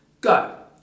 Go